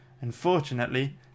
unfortunately